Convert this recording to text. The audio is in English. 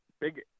big